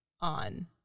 on